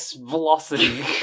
velocity